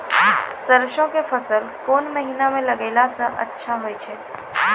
सरसों के फसल कोन महिना म लगैला सऽ अच्छा होय छै?